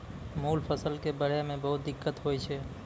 मूल फसल कॅ बढ़ै मॅ बहुत दिक्कत होय छै